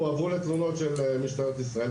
הועברו כתלונות למשטרת ישראל.